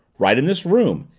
right in this room.